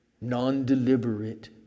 non-deliberate